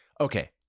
Okay